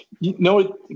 No